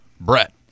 Brett